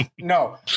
no